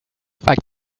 fact